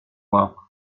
noir